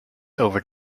over